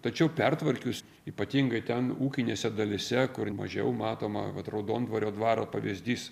tačiau pertvarkius ypatingai ten ūkinėse dalyse kur mažiau matoma vat raudondvario dvaro pavyzdys